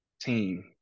team